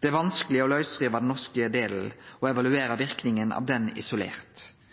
Det er vanskeleg å lausrive den norske delen og evaluere verknaden av han isolert,